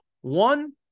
One